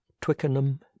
Twickenham